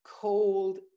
cold